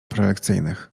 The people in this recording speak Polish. prelekcyjnych